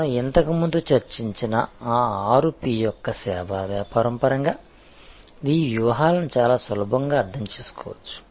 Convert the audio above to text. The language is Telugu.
మనం ఇంతకుముందు చర్చించిన ఆ ఆరు P యొక్క సేవా వ్యాపారం పరంగా ఈ వ్యూహాలను చాలా సులభంగా అర్థం చేసుకోవచ్చు